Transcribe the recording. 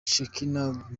shekinah